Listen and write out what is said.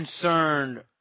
concerned